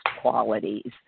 qualities